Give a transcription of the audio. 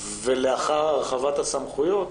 ולאחר הרחבת הסמכויות,